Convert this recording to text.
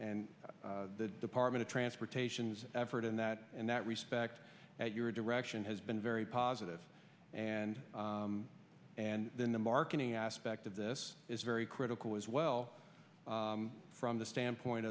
and the department of transportation's effort in that and that respect at your direction has been very positive and and then the marketing aspect of this is very critical as well from the standpoint